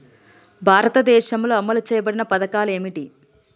భారతదేశంలో అమలు చేయబడిన పథకాలు ఏమిటి?